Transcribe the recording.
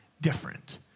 different